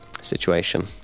situation